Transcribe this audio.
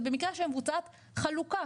זה במקרה שמבוצעת חלוקה,